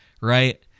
right